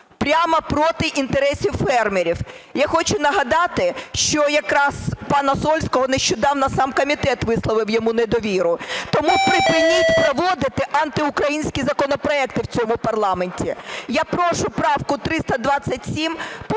прямо проти інтересів фермерів. Я хочу нагадати, що якраз пану Сольському нещодавно сам комітет висловив йому недовіру. Тому припиніть проводити антиукраїнські законопроекти в цьому парламенті. Я прошу правку 327